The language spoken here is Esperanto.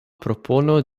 propono